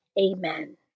Amen